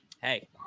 Hey